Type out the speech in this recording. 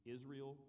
Israel